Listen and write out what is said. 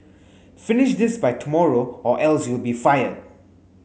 finish this by tomorrow or else you'll be fired